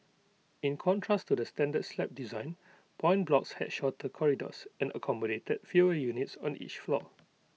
in contrast to the standard slab design point blocks had shorter corridors and accommodated fewer units on each floor